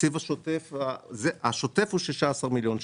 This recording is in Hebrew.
השוטף הוא 16 מיליון שקלים,